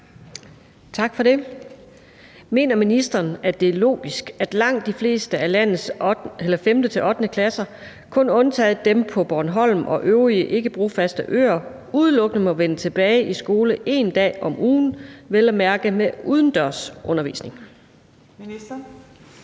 Tak for det. Mener ministeren, at det er logisk, at langt de fleste af landets 5.-8.-klasser – kun undtaget dem på Bornholm og øvrige ikkebrofaste øer – udelukkende må vende tilbage i skole én dag om ugen, vel at mærke med udendørs undervisning? Kl.